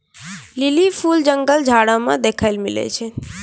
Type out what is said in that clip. lily फूल जंगल झाड़ मे देखै ले मिलै छै